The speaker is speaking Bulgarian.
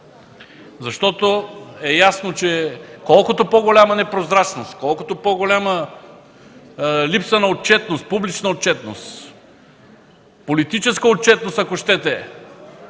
Ясно е, че колкото по-голяма непрозрачност, колкото по-голяма липса на публична отчетност, политическа отчетност ако щете,